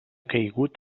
caigut